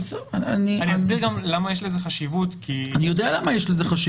אני אסביר גם למה יש לזה חשיבות --- אני יודע למה יש לזה חשיבות.